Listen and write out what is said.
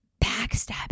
backstabbing